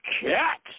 Cat